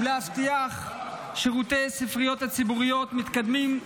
ולהבטיח שירותי ספריות ציבוריות מתקדמים,